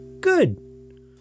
Good